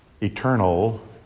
eternal